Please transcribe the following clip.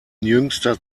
jüngster